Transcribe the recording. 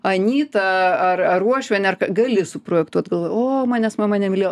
anyta ar ar uošvienė ar gali suprojektuot galvo o manęs mama nemylėjo